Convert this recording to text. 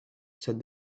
said